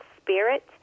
spirit